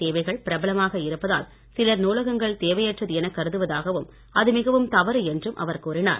சேவைகள் பிரபலமாக இருப்பதால் சிலர் நூலகங்கள் இணையதள தேவையற்றது என கருதுவதகவும் அது மிகவும் தவறு என்றும் அவர் கூறினார்